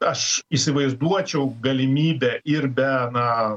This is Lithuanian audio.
aš įsivaizduočiau galimybę ir be na